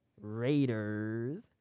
Raiders